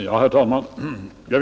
Herr talman!